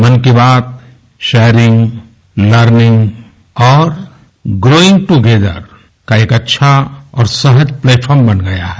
मन Ki Baat sharing learning और growing together का एक अच्छा और सहज प्लेटफार्म बन गया है